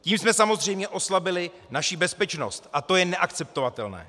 Tím jsme samozřejmě oslabili naši bezpečnost, a to je neakceptovatelné!